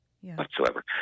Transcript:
Whatsoever